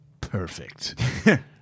Perfect